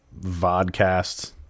vodcast